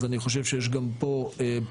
אז אני חושב שיש גם פה בשורה.